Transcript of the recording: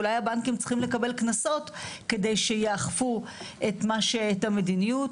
אולי הבנקים צריכים לקבל קנסות כדי שיאכפו את המדיניות,